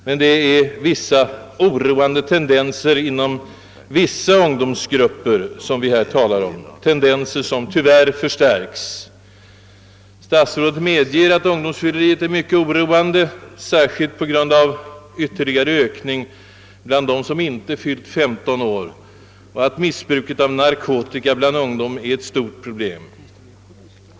Men det förekommer samtidigt vissa oroande tendenser inom vissa ungdomsgrupper, tendenser som tyvärr förstärks, Statsrådet medger att ungdomsfylleriet är »mycket oroande», särskilt på grund av ytterligare ökning under 1967 bland dem som inte fyllt 15 år, och att missbruket av »narkotika bland ungdom är ett stort problem».